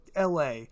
la